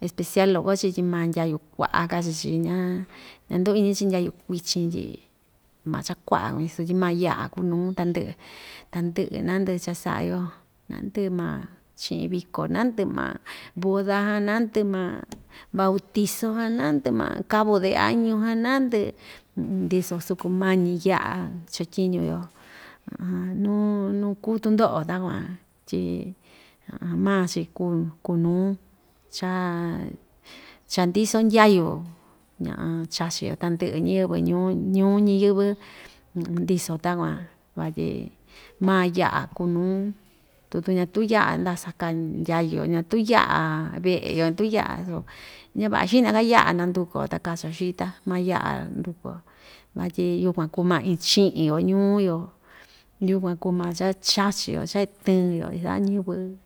especial loko‑chi tyi ma ndyayu kua'a kachi‑chi ña ña‑nduu iñi‑chi ndyayu kuichin tyi maa cha kua'a kuñi‑chi sutyi maa ya'a kuu nuu tandɨ'ɨ tandɨ'ɨ na‑ndɨ'ɨ cha‑sa'a‑yo na‑ndɨ'ɨ maa chi'in viko na‑ndɨ'ɨ maa boda jan na‑ndɨ'ɨ maa bautiso jan nandɨ'ɨ maa cabo de año jan na‑ndɨ'ɨ ndiso soko mañi ya'a chetyiñu‑yo nuu nu‑kuu tundo'o takuan tyi maa‑chi kuu kuu nuu cha cha‑ndiso ndyayu chachi‑yo tandɨ'ɨ ñɨvɨ ñuu ñuu ñiyɨ́vɨ ndiso takuan vatyi maa ya'a kuu nuu tutu ñatuu ya'a ndasa kaa ndyayu‑yo ñatuu ya'a ve'e‑yo ntu ya'a su ña‑va'a xi'na‑ka ya'a nanduku‑yo ta kacho xita maa ya'a nduku‑yo vatyi yukuan kuu maa iin chi'in‑yo ñuu‑yo yukuan kuu ma cha‑chachi‑yo cha‑itɨɨn‑yo isa'a ñɨvɨ.